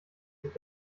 sich